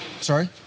Sorry